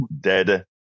dead